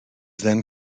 then